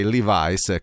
Levi's